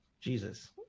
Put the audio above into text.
jesus